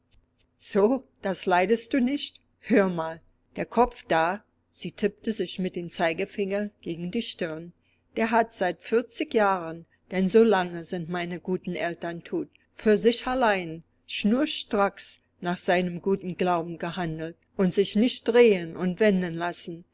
so das leidest du nicht hör mal der kopf da sie tippte sich mit dem zeigefinger gegen die stirn der hat seit vierzig jahren denn so lange sind meine guten eltern tot für sich allein schnurstracks nach seinem guten glauben gehandelt und sich nicht drehen und wenden lassen